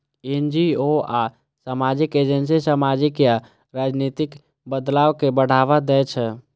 NGO आ सामाजिक agency सामाजिक या राजनीतिक बदलाव कें बढ़ावा दै छै